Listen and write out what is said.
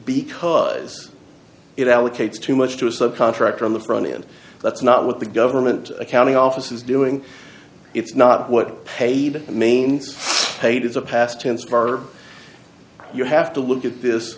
because it allocates too much to a subcontractor on the front end that's not what the government accounting office is doing it's not what paid manes paid is a past tense bar you have to look at this